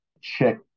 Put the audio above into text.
check